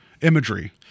imagery